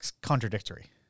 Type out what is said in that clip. contradictory